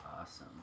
Awesome